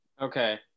Okay